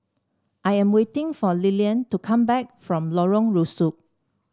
I am waiting for Lilian to come back from Lorong Rusuk